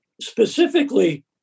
specifically